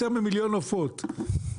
בסוף לא אוכלים יותר ממיליון עופות,